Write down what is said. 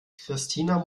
christina